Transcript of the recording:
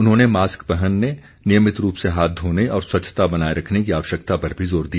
उन्होंने मास्क पहनने नियमित रूप से हाथ धोने और स्वच्छता बनाए रखने की आवश्यकता पर भी जोर दिया